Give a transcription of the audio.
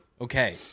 Okay